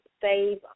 save